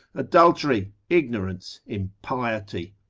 adultery, ignorance, impiety?